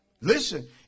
Listen